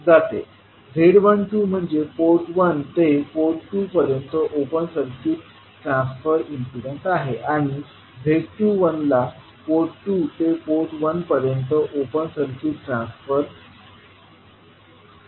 z12 म्हणजे port 1 ते port 2 पर्यंतचे ओपन सर्किट ट्रान्सफर इम्पीडन्स आहे आणि z21ला पोर्ट 2 ते पोर्ट 1 पर्यंतचे ओपन सर्किट ट्रान्सफर इम्पीडन्स म्हणतात